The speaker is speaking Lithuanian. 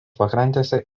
pakrantėse